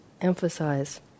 emphasize